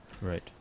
Right